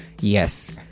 yes